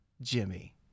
Jimmy